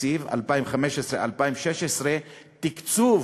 בתקציב 2015 2016 תקצוב